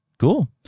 Cool